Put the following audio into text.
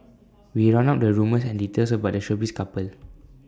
we round up the rumours and details about the showbiz couple